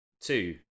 two